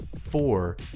four